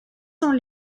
sont